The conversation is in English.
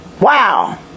Wow